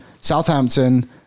Southampton